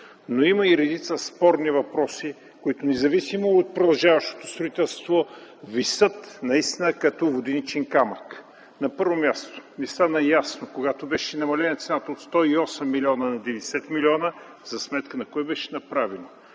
Но има и редица спорни въпроси, които независимо от продължаващото строителство, висят наистина като воденичен камък. На първо място, не стана ясно, когато беше намалена цената от 108 милиона на 90 милиона, за сметка на кого беше направено